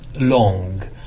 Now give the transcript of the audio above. long